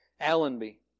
Allenby